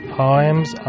poems